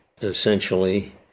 essentially